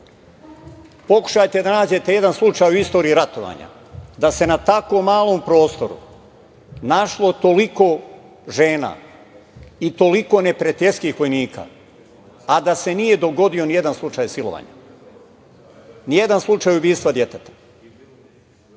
pokušajte da nađete jedan slučaj u istoriji ratovanja da se na tako malom prostoru našlo toliko žena i toliko neprijateljskih vojnika a da se nije dogodio nijedan slučaj silovanja, nijedan slučaj ubistva deteta. Ako